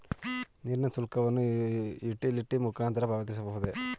ನೀರಿನ ಶುಲ್ಕವನ್ನು ಯುಟಿಲಿಟಿ ಮುಖಾಂತರ ಪಾವತಿಸಬಹುದೇ?